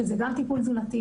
שזה טיפול שהוא גם תזונתי,